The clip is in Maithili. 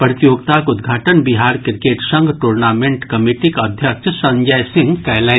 प्रतियोगिताक उद्घाटन बिहार क्रिकेट संघ टूर्नामेंट कमिटीक अध्यक्ष संजय सिंह कयलनि